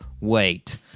wait